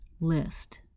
list